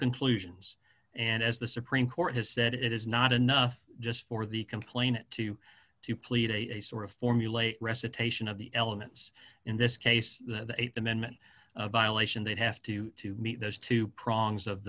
conclusions and as the supreme court has said it is not enough just for the complain to you to plead a sort of formulate recitation of the elements in this case the th amendment violation that have to meet those two prongs of